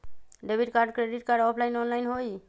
Debit card credit card offline online होई?